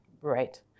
Right